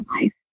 life